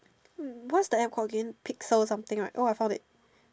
what's the App called again pixel something right oh I found it